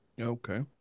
okay